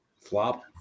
Flop